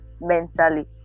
mentally